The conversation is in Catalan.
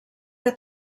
que